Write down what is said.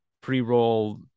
pre-roll